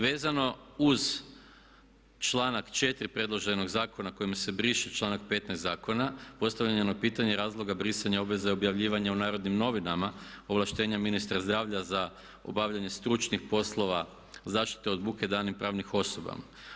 Vezano uz članak 4. predloženog zakona kojim se briše članak 15. zakona postavljeno je pitanje razloga brisanja obveze objavljivanja u Narodnim novinama ovlaštenjem ministra zdravlja za obavljanje stručnih poslova zaštite od buke danih pravnih osobama.